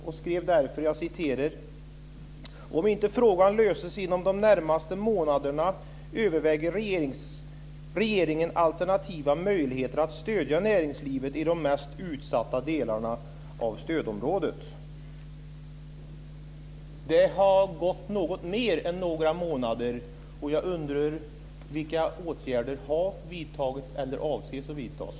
Man skrev: Om inte frågan löses inom de närmaste månaderna överväger regeringen alternativa möjligheter att stödja näringslivet i de mest utsatta delarna av stödområdet. Det har gått något mer än några månader. Jag undrar vilka åtgärder som har vidtagits eller avses att vidtas.